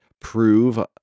prove